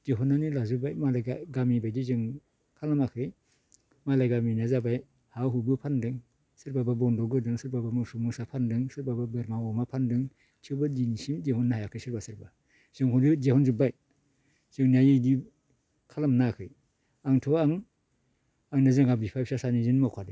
दिहुननानै लाजोबबाय मालाय गामि बायदि जों खालामाखै मालाय गामिनिया जाबाय हा हुबो फान्दों सोरबाबा बन्दक होदों सोरबाबा मोसौ मोसा फान्दों सोरबाबा बोरमा अमा फान्दों सोरबा दिनैसिमबो दिहुननो हायाखै सोरबा सोरबा जों हले दिहुनजोबबाय जोंनिया बेनि खालामनाङाखै आंथ' आं माने जोंहा बिफा फिसा सानैजोंनो मावखादों